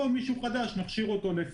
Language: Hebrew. יבוא מישהו חדש נכשיר אותו.